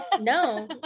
no